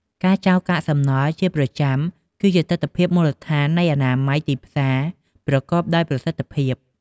ការចោលកាកសំណល់ជាប្រចាំគឺជាទិដ្ឋភាពមូលដ្ឋាននៃអនាម័យទីផ្សារប្រកបដោយប្រសិទ្ធភាព។